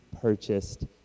purchased